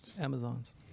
Amazons